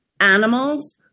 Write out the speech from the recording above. animals